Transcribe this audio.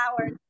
hours